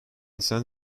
san